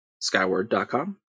Skyward.com